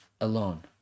alone